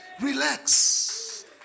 Relax